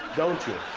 don't you.